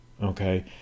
okay